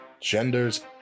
genders